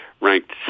ranked